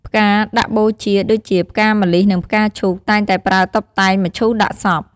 ផ្កាដាក់បូជា ដូចជា ផ្កាម្លិះ និងផ្កាឈូក តែងតែប្រើតុបតែងមឈូសដាក់សព។